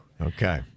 Okay